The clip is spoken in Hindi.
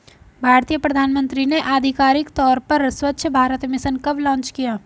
भारतीय प्रधानमंत्री ने आधिकारिक तौर पर स्वच्छ भारत मिशन कब लॉन्च किया?